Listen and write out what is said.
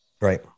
Right